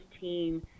team